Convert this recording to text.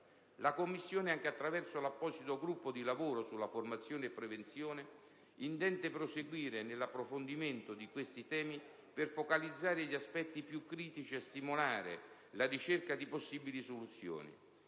La Commissione, anche attraverso l'apposito gruppo di lavoro su formazione e prevenzione, intende proseguire nell'approfondimento di questi temi per focalizzare gli aspetti più critici e stimolare la ricerca di possibili soluzioni.